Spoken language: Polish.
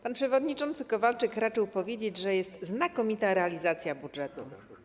Pan przewodniczący Kowalczyk raczył powiedzieć, że jest znakomita realizacja budżetu.